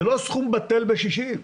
זה לא סכום בטל בשישים,